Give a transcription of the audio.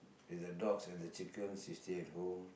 with the dogs and the chickens you stay at home